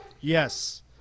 Yes